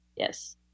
Yes